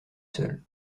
seul